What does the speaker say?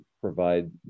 provide